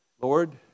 Lord